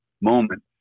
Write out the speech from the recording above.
moment